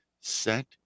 set